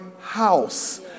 house